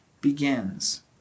begins